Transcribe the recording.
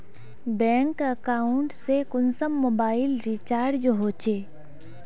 Bank account से कुंसम mobile recharge होचे?